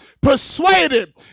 persuaded